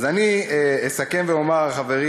אז אני אסכם ואומר, חברים